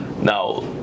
Now